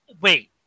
Wait